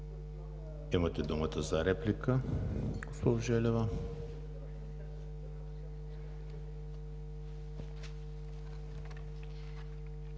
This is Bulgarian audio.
Имате думата за реплика, госпожо Желева.